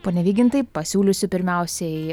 pone vygintai pasiūlysiu pirmiausiai